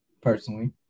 personally